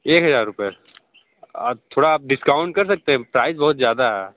एक हजार रुपये आप थोड़ा आप डिस्काउंट कर सकते है प्राइज बहुत ज़्यादा है